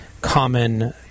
common